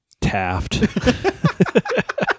Taft